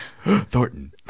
Thornton